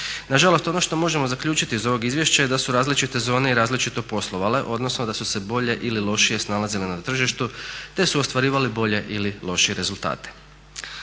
Nažalost, ono što možemo zaključiti iz ovog izvješća je da su različite zone i različito poslovale, odnosno da su se bolje ili lošije snalazile na tržištu te su ostvarivale bolje ili lošije rezultate.